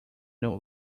know